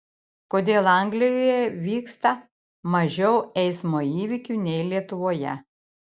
kodėl anglijoje įvyksta mažiau eismo įvykių nei lietuvoje